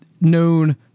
known